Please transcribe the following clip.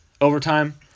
overtime